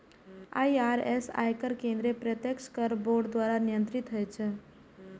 IRS, आयकर केंद्रीय प्रत्यक्ष कर बोर्ड द्वारा नियंत्रित होइ छै